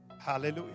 Hallelujah